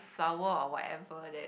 flower or whatever that